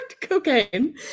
cocaine